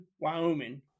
Wyoming